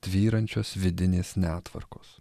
tvyrančios vidinės netvarkos